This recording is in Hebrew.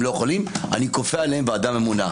לא יכולים אז אני כופה עליהם ועדה ממונה.